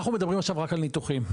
אנחנו מדברים עכשיו רק על ניתוחים,